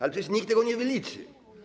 Ale przecież nikt tego nie wyliczy.